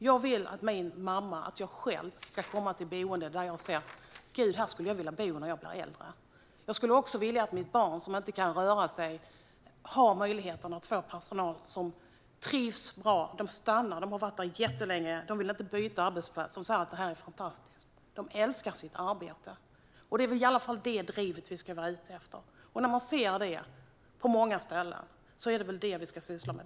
Jag vill att min mamma ska kunna komma till ett boende där jag själv skulle vilja bo när jag blir äldre. Jag vill också att mitt barn som inte kan röra sig har möjlighet att tas om hand av personal som trivs bra, stannar på arbetsplatsen och inte vill byta den - personal som älskar sitt arbete. Det är väl det drivet som vi ska vara ute efter. Vi kan se det på många ställen, och då är det väl det som vi ska syssla med.